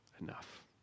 enough